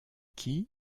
qui